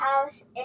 house